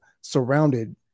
surrounded